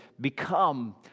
become